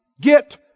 Get